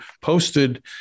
posted